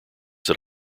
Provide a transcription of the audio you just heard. that